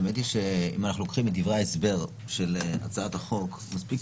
אם אנחנו לוקחים את דברי ההסבר של הצעת החוק מספיק